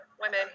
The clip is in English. women